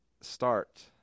start